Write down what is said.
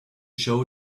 show